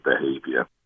behavior